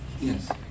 Yes